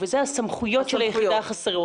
וזה הסמכויות של היחידה החסרות.